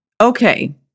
Okay